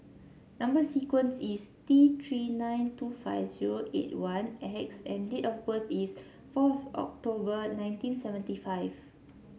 number sequence is T Three nine two five zero eight one X and date of birth is four October nineteen seventy five